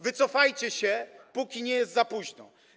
Wycofajcie się, póki nie jest za późno.